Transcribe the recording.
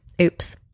Oops